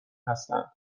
هستند